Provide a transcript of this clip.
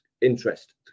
interest